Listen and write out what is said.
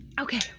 Okay